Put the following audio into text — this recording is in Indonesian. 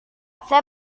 saya